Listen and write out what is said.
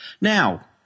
Now